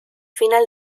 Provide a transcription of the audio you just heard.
final